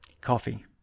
Coffee